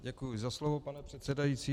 Děkuji za slovo, pane předsedající.